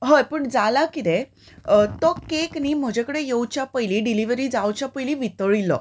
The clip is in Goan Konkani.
हय पूण जालां कितें तो केक न्ही म्हजे कडेन येवच्या पयली डिलिवरी जावच्या पयली वितळिल्लो